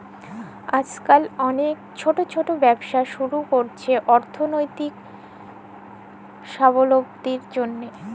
আইজকাল অলেক ছট ছট ব্যবসা ছুরু ক্যরছে অথ্থলৈতিক সাবলম্বীর জ্যনহে